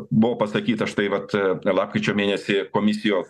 buvo pasakyta štai vat lapkričio mėnesį komisijos